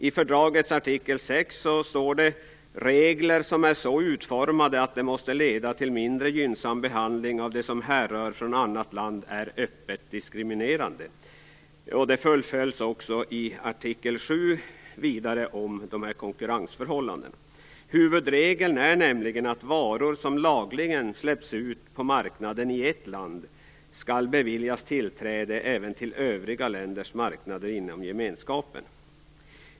I fördragets artikel 6 står det: "Regler som är så utformade att de måste leda till en mindre gynnsam behandling av det som härrör från annat land är öppet diskriminerande." Det fullföljs i artikel 7 som handlar om konkurrensförhållandena. Huvudregeln är nämligen att varor som lagligen släpps ut på marknaden i ett land skall beviljas tillträde även till övriga länders marknader inom gemenskapen.